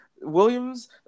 Williams